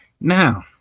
Now